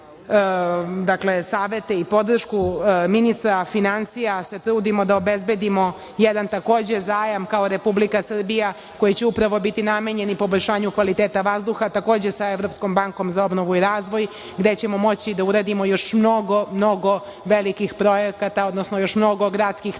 pomoć saveta i podrške ministra finansija se trudimo da obezbedimo jedan takođe, zajam kao Republika Srbija, koji će upravo biti namenjen poboljšanju kvaliteta vazduha, takođe, sa Evropskom bankom za obnovu i razvoj, gde ćemo moći da uradimo još mnogo, mnogo velikih projekata, odnosno još mnogo gradskih